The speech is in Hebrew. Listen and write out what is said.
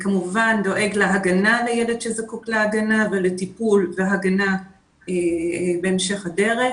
כמובן דואג להגנה לילד שזקוק להגנה ולטיפול והגנה בהמשך הדרך.